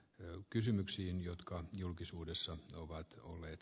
eu kysymyksiin jotka julkisuudessa ovat olleet